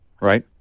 Right